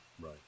Right